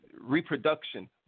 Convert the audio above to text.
reproduction